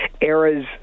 era's